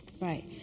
right